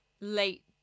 late